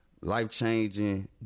life-changing